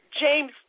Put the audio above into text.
James